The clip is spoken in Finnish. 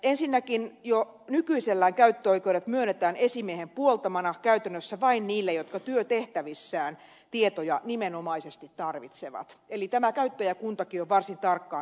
ensinnäkin jo nykyisellään käyttöoikeudet myönnetään esimiehen puoltamana käytännössä vain niille jotka työtehtävissään tietoja nimenomaisesti tarvitsevat eli tämä käyttäjäkuntakin on varsin tarkkaan rajattu